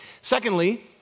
Secondly